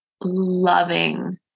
loving